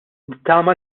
nittama